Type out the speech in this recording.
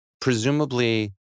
presumably